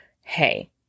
hey